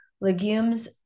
Legumes